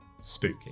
spooky